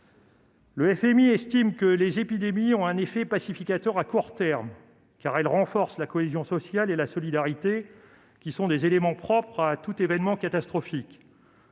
Le FMI estime que les épidémies ont un effet pacificateur à court terme, car elles renforcent la cohésion sociale et la solidarité, qui sont des éléments propres à tout événement catastrophique.